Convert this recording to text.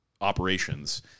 operations